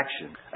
action